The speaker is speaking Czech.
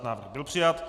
Návrh byl přijat.